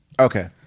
Okay